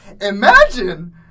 imagine